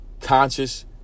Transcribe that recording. conscious